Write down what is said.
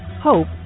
Hope